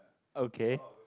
okay